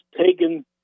Taken